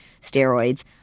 steroids